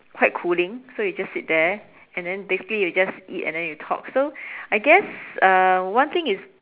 quite cooling so you just sit there and then basically you just eat and then you talk so I guess uh one thing is